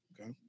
Okay